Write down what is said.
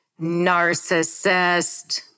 narcissist